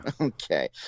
Okay